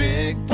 Big